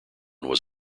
was